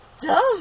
dumb